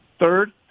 third